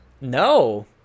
No